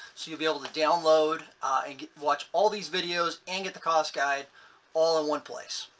so you'll be able to download and watch all these videos and get the cost guide all in one place.